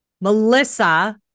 Melissa